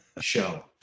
show